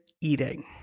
eating